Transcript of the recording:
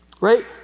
Right